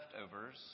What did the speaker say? leftovers